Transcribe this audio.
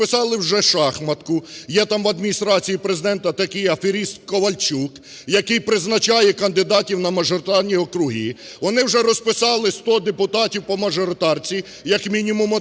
вони зможуть, розписали вже шахматку, є там в Адміністрації Президента такий аферист Ковальчук, який призначає кандидатів на мажоритарні округи. Вони вже розписали: 100 депутатів по мажоритарці, як мінімум, отримають,